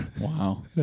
Wow